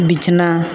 ᱵᱤᱪᱷᱱᱟᱹ